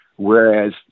Whereas